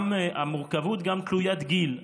המורכבות היא גם תלוית גיל,